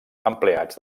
empleats